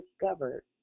discovered